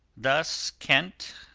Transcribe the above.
thus kent,